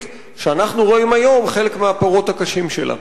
שאנחנו רואים היום חלק מהפירות הקשים שלה.